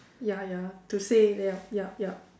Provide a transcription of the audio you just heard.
ya ya to say they are yup yup